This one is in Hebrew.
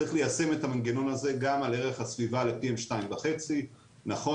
צריך ליישם את המנגנון הזה גם על ערך הסביבה ל- PM2.5. נכון